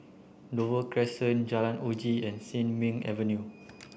Dover Crescent Jalan Uji and Sin Ming Avenue